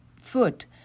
foot